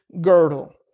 girdle